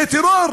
זה טרור.